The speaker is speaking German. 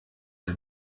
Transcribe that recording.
der